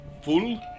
full